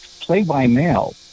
play-by-mail